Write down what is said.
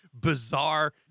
bizarre